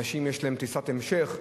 לאנשים יש טיסת המשך,